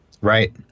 Right